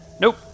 Nope